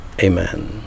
amen